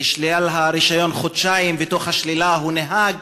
נשלל הרישיון לחודשיים, ובתוך השלילה הוא נהג.